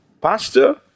Pastor